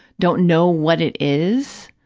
don't know what it is,